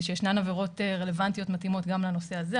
ושישנן עבירות רלוונטיות מתאימות גם לנושא הזה.